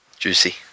Juicy